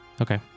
Okay